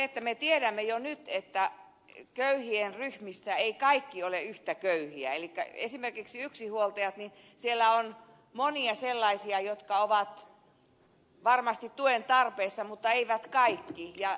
mutta me tiedämme jo nyt että köyhien ryhmissä eivät kaikki ole yhtä köyhiä elikkä esimerkiksi yksinhuoltajissa on monia sellaisia jotka ovat varmasti tuen tarpeessa mutta eivät kaikki